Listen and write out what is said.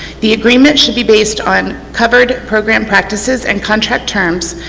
the agreement should be based on covered program practices and contract terms,